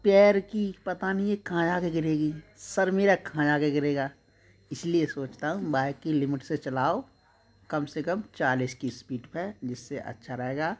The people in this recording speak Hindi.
पैर की पता नहीं कहाँ जा के गिरेगी सिर मेरा कहाँ जा के गिरेगा इसलिए सोचता हूँ बाइक की लिमिट से चलाओ कम से कम चालीस की स्पीड पर जिससे अच्छा रहेगा